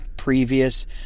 previous